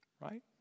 Right